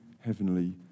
heavenly